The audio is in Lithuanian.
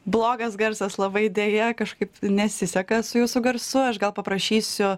blogas garsas labai deja kažkaip nesiseka su jūsų garsu aš gal paprašysiu